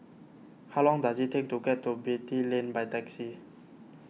how long does it take to get to Beatty Lane by taxi